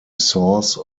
source